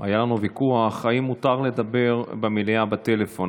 היה לנו ויכוח אם מותר לנו לדבר במליאה בטלפון.